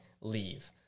leave